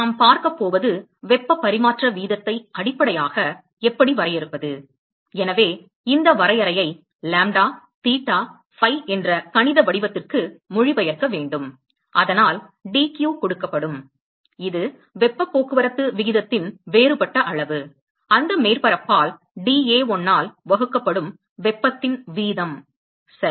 நாம் பார்க்கப் போவது வெப்பப் பரிமாற்ற வீதத்தை அடிப்படையாக எப்படி வரையறுப்பது எனவே இந்த வரையறையை லாம்ப்டா தீட்டா ஃபை என்ற கணித வடிவத்திற்கு மொழிபெயர்க்க வேண்டும் அதனால் dq கொடுக்கப்படும் இது வெப்பப் போக்குவரத்து விகிதத்தின் வேறுபட்ட அளவு அந்த மேற்பரப்பால் dA1 ஆல் வகுக்கப்படும் வெப்பத்தின் வீதம் சரி